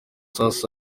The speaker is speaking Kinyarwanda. amasasu